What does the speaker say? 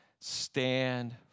stand